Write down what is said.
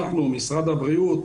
משרד הבריאות,